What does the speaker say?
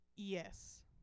Yes